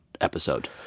episode